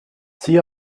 see